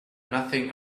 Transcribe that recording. nothing